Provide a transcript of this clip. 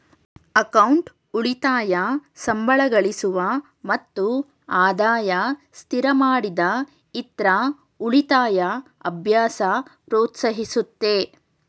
account ಉಳಿತಾಯ ಸಂಬಳಗಳಿಸುವ ಮತ್ತು ಆದಾಯ ಸ್ಥಿರಮಾಡಿದ ಇತ್ರ ಉಳಿತಾಯ ಅಭ್ಯಾಸ ಪ್ರೋತ್ಸಾಹಿಸುತ್ತೆ